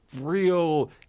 real